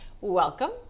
Welcome